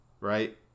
right